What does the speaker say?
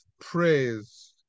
Praise